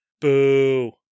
Boo